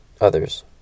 others